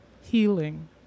healing